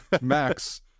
Max